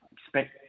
expect